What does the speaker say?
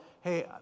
Hey